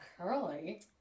curly